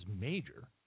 major